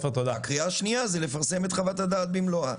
קריאה שנייה לפרסם את חוות הדעת במלואה.